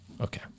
Okay